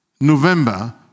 November